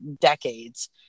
decades